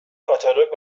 کاتالوگ